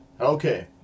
Okay